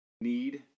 need